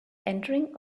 entering